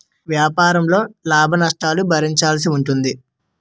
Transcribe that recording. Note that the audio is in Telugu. వ్యాపారంలో లాభనష్టాలను భరించాల్సి ఉంటుంది